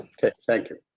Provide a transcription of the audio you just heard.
okay, thank you.